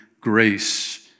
grace